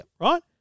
Right